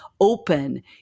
open